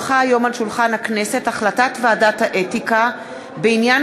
כי הונחה היום על שולחן הכנסת החלטת ועדת האתיקה בעניין